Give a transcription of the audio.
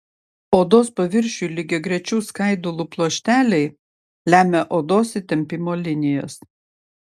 odos paviršiui lygiagrečių skaidulų pluošteliai lemia odos įtempimo linijas